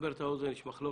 לסבר את האוזן, יש מחלוקת.